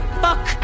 fuck